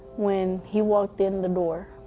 when he walked in the door.